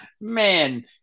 man